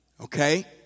Okay